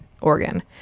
organ